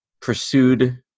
pursued